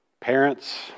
Parents